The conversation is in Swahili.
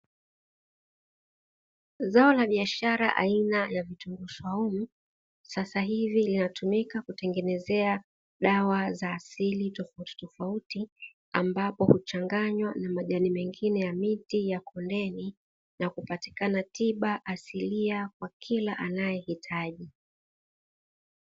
Zao la biashara aina ya vitunguu swaumu sasa hivi linatumika kutengeneza dawa za asili tofauti tofauti, ambapo huchanganywa na majani mengine ya miti ya kondeni na kupatikana tiba asilia kwa kila anayehitaji.